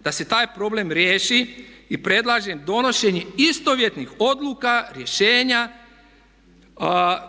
da se taj problem riješi i predlažem donošenje istovjetnih odluka, rješenja